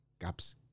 gaps